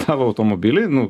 tavo automobilį nu